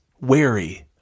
wary